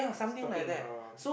stalking oh